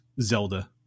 Zelda